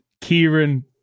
Kieran